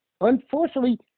unfortunately